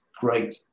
great